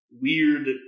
weird